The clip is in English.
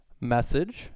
message